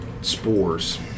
spores